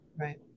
Right